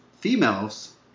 females